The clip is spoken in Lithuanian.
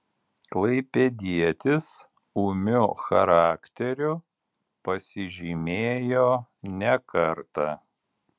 klaipėdietis ūmiu charakteriu pasižymėjo ne kartą